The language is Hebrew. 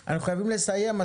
השרה, אנחנו חייבים לסיים.